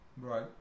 right